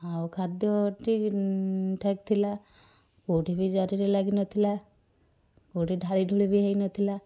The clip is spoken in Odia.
ଆଉ ଖାଦ୍ୟ ଠିକ୍ଠାକ୍ ଥିଲା କେଉଁଠି ବି ଜରିରେ ଲାଗିନଥିଲା କେଉଁଠି ଢାଳିଢ଼ୁଳି ବି ହେଇନଥିଲା